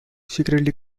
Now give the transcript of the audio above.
secretly